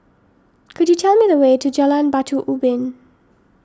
could you tell me the way to Jalan Batu Ubin